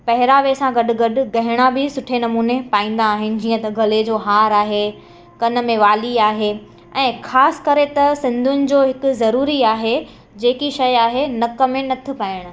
पहरावे सां गॾु गॾु गहणा बि सुठे नमूने पाईंदा आहिनि जीअं त गले जो हार आहे कन में वाली आहे ऐं ख़ासि करे त सिंधीयुनि जो हिकु ज़रूरी आहे जेकी शइ आहे नक में नथ पाइण